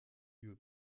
lieu